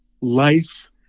life